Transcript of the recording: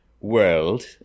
world